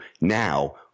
now